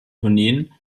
tourneen